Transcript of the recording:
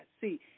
see